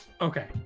Okay